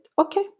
okay